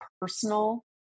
personal